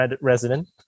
resident